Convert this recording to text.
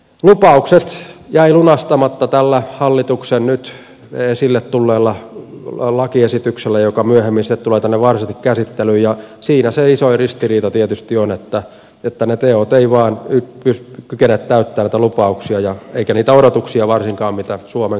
lupaukset jäivät lunastamatta tällä hallituksen nyt esille tulleella lakiesityksellä joka myöhemmin tulee tänne varsinaisesti käsittelyyn ja siinä se isoin ristiriita tietysti on että ne teot eivät vain kykene täyttämään näitä lupauksia eivätkä varsinkaan niitä odotuksia joita suomen kansalla tätä vanhuspalvelulakia kohtaan oli